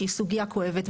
שהיא סוגיה כואבת.